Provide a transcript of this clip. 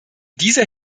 dieser